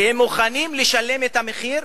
והם מוכנים לשלם את המחיר.